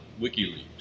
WikiLeaks